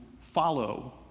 follow